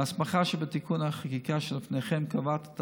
ההסמכה שבתיקון החקיקה שלפניכם קובעת את